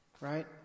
right